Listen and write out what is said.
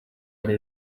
hari